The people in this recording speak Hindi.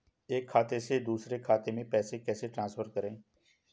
एक खाते से दूसरे खाते में पैसे कैसे ट्रांसफर करें?